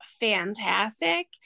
fantastic